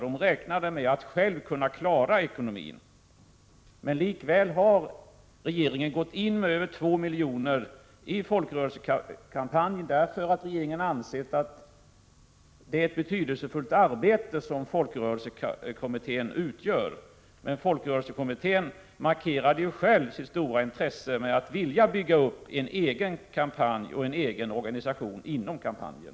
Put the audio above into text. De räknade med att själva kunna klara ekonomin. Likväl har regeringen gått in med över 2 milj.kr. i folkrörelsekampanjen därför att regeringen har ansett att folkrörelsekommittén utför ett betydelsefullt arbete. Folkrörelsekommittén markerade ju dock själv sitt stora intresse av att bygga upp en egen kampanj och en egen organisation inom kampanjen.